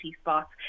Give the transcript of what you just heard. spots